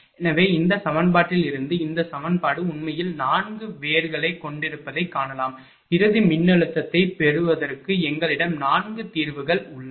எனவே இந்த சமன்பாட்டிலிருந்து இந்த சமன்பாடு உண்மையில் 4 வேர்களைக் கொண்டிருப்பதைக் காணலாம் இறுதி மின்னழுத்தத்தைப் பெறுவதற்கு எங்களிடம் 4 தீர்வுகள் உள்ளன